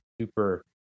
super